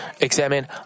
examine